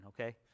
okay